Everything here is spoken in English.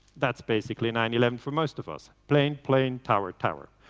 that's basically nine eleven for most of us. plane, plane, tower, tower.